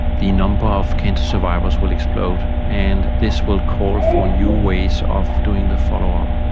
the number of cancer survivors will explode, and this will call for new ways of doing the follow-up.